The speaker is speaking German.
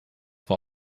vor